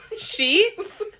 Sheets